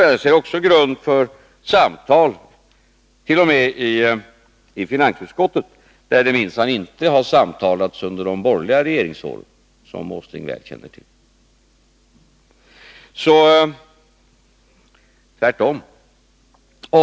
Jag ser också grund för samtal t.o.m. i finansutskottet, där det minsann inte har samtalats under de borgerliga regeringsåren, som Nils Åsling väl känner till.